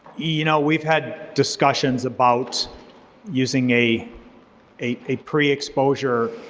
you know we've had discussions about using a a pre-exposure